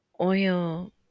oil